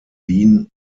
wien